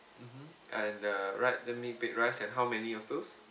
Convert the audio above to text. mmhmm and uh right the meat baked rice and how many of those